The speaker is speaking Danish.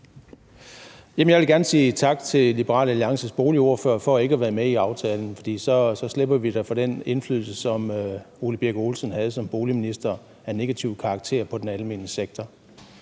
jeg vil gerne sige tak til Liberal Alliances boligordfører for ikke at være med i aftalen, for så slipper vi da for den indflydelse af negativ karakter, som hr. Ole Birk Olesen havde som boligminister, på den almene sektor.